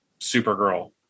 Supergirl